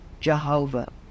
Jehovah